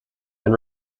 and